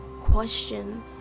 question